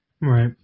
Right